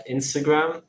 Instagram